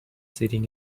sitting